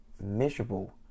miserable